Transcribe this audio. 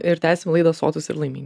ir tęsim laidą sotūs ir laimingi